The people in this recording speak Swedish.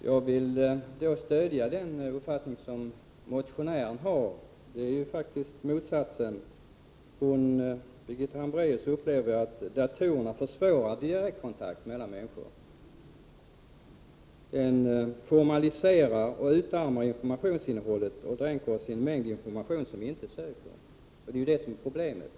Herr talman! Jag vill stödja den uppfattning som motionären har — det är faktiskt den motsatta. Birgitta Hambraeus upplever att datorerna försvårar direktkontakten mellan människor. De formaliserar och utarmar informationsinnehållet och dränker oss i en mängd information som vi inte söker. Det är det som är problemet.